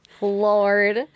Lord